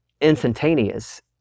instantaneous